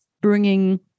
bringing